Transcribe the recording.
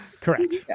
Correct